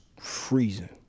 freezing